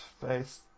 face